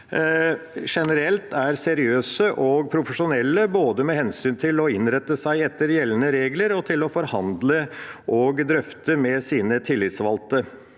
generelt er seriøse og profesjonelle både med hensyn til å innrette seg etter gjeldende regler og til å forhandle og drøfte med sine tillitsvalgte.